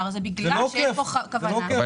הזה בגלל שיש פה כוונה --- זה לא עוקף.